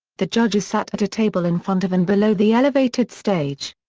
the judges sat at a table in front of and below the elevated stage.